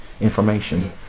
information